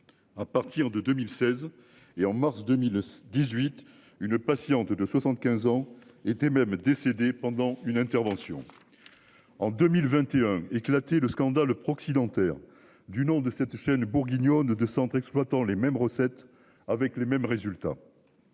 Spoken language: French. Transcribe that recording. À partir de 2016 et en mars 2018, une patiente de 75 ans était même décédés pendant une intervention. En 2021, éclater le scandale proxy dentaire du nom de cette chaîne bourguignonne de centres exploitant les mêmes recettes avec les mêmes résultats.